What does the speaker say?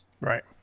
Right